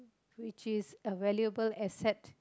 which is a valuable asset